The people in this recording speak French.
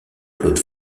claude